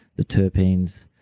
the terpenes,